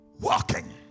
walking